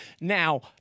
now